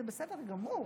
זה בסדר גמור.